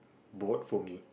bought for me